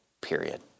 period